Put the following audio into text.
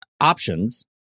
options